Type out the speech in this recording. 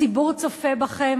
הציבור צופה בכם